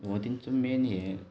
हो तांचो मेन हें